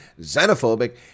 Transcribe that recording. xenophobic